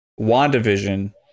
WandaVision